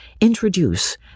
introduce